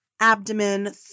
abdomen